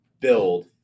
build